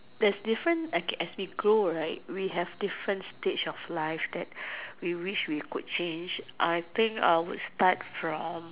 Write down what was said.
there's different okay as we grow right we have different stage of life that we wish we could change I think I would start from